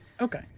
Okay